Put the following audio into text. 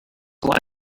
why